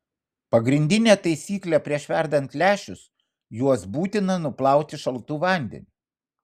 pagrindinė taisyklė prieš verdant lęšius juos būtina nuplauti šaltu vandeniu